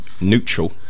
neutral